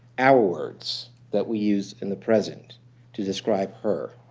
our words that we use in the present to describe her.